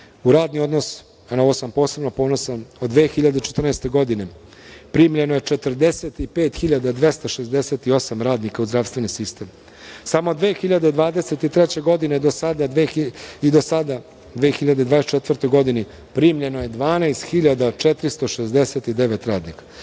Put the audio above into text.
radni odnos, a na ovo sam posebno ponosan, od 2014. godine primljeno je 45.268 radnika u zdravstveni sistem. Samo 2023. godine i do sada u 2024. godini primljeno je 12.469 radnika.